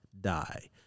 die